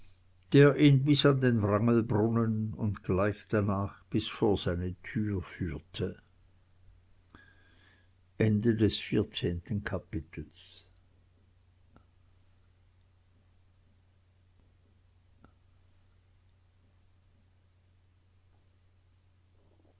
der ihn bis an den wrangelbrunnen und gleich danach bis vor seine tür führte